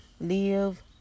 live